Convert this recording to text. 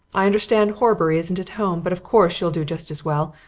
i understand horbury isn't at home, but of course you'll do just as well.